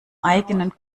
eigenen